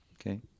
Okay